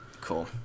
cool